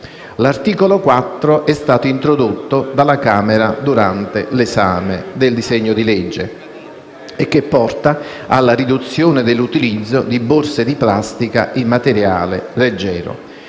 L'articolo 4 è stato introdotto dalla Camera durante l'esame del disegno di legge e porta alla riduzione dell'utilizzo di borse di plastica in materiale leggero.